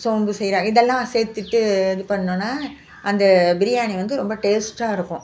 சோம்பு சீரகம் இதெல்லாம் சேர்த்துட்டு இது பண்ணிணோன்னா அந்த பிரியாணி வந்து ரொம்ப டேஸ்ட்டாக இருக்கும்